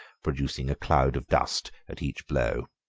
producing a cloud of dust at each blow.